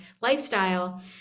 lifestyle